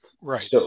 Right